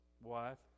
wife